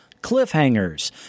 Cliffhangers